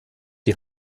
die